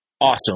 Awesome